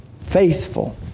Faithful